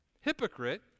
hypocrite